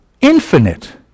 infinite